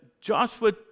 Joshua